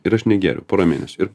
ir aš negėriau porą mėnesių ir